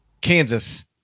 Kansas